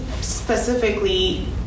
specifically